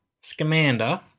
Scamander